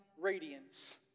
radiance